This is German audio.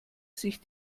sich